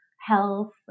health